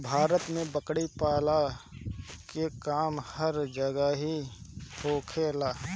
भारत में बकरी पलला के काम हर जगही होखेला